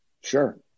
Sure